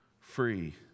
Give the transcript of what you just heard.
free